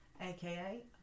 aka